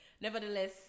nevertheless